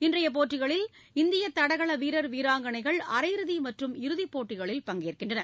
இன்றைய போட்டிகளில் இந்திய தடகள வீரர் வீரங்கணைகள் அரை இறுதி மற்றும் இறுதி போட்டிகளில் பங்கேற்கின்றனர்